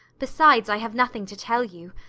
besides, i have nothing to tell you.